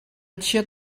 chiat